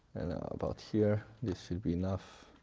about here this should be enough,